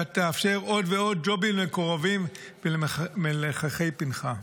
שתאפשר עוד ועוד ג'ובים למקורבים ולמלחכי פנכה.